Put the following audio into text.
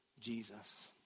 Jesus